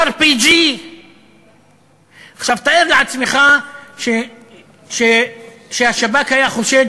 RPG. עכשיו תאר לעצמך שהשב"כ היה חושד